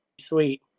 sweet